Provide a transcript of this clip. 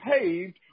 paved